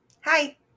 Hi